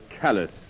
callous